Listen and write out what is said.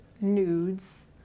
nudes